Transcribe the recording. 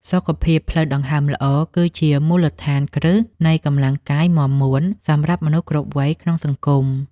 សុខភាពផ្លូវដង្ហើមល្អ គឺជាមូលដ្ឋានគ្រឹះនៃកម្លាំងកាយមាំមួនសម្រាប់មនុស្សគ្រប់វ័យក្នុងសង្គម។